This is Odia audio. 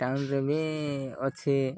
ଟାଉନ୍ରେ ବି ଅଛି